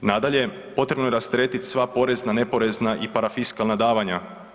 Nadalje, potrebno je rasteretit sva porezna, neporezna i parafiskalna davanja.